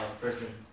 person